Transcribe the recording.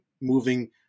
moving